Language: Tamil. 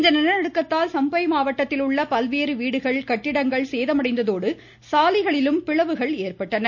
இந்நிலநடுக்கத்தால் சம்பாய் மாவட்டத்தில் உள்ள பல்வேறு வீடுகள் கட்டிடங்கள் சேதமடைந்ததோடு சாலைகளிலும் பிளவுகள் ஏற்பட்டன